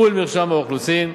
מול מרשם האוכלוסין,